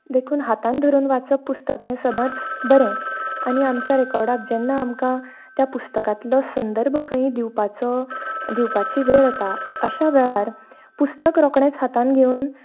देखून हातान धरून वाचप पुस्तक हे सदांच बरें आनी आमच्या रिकॉर्डाक जेन्ना आमकां त्या पुस्तकातलो संदर्भ खंय दिवपाचो दिवपाची वेळ येता अश्या वेळार पुस्तक रोखडेच हातांत घेवन